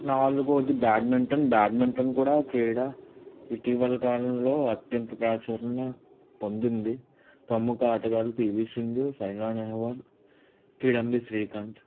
నాలుగోది badminton badminton కూడా క్రీడ ఇటీవల కాలంలో అత్యంత ప్రాచరణ పొందింది ప్రముఖ ఆటగాళ్ళు పీవి సింధు సైనా నెహవాల్ కిడంబి శ్రీకాంత్